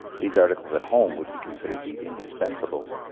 these articles at home would be considered the indispensables.